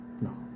no